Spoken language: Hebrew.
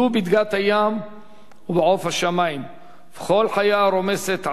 הים ובעוף השמים ובכל חיה הרמשת על הארץ",